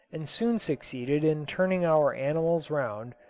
and soon succeeded in turning our animals round,